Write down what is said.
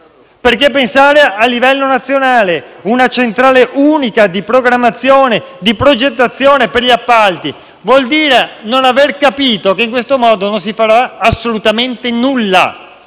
pensare a livello nazionale ad una centrale unica di programmazione e di progettazione per gli appalti vuol dire non aver capito che in questo modo non si farà assolutamente nulla,